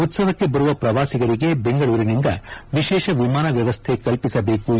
ಉತ್ಲವಕ್ಕೆ ಬರುವ ಪ್ರವಾಸಿಗರಿಗೆ ಬೆಂಗಳೂರಿನಿಂದ ವಿಶೇಷ ವಿಮಾನ ವ್ಯವಸ್ಥೆ ಕಲ್ಪಿಸಬೇಕು ಎಂದರು